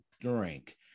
drink